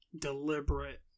deliberate